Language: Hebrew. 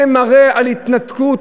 זה מראה על התנתקות,